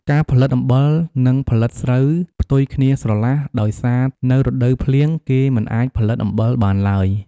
ការផលិតអំបិលនិងផលិតស្រូវផ្ទុយគ្នាស្រឡះដោយសារនៅរដូវភ្លៀងគេមិនអាចផលិតអំបិលបានឡើយ ។